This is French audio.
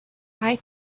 high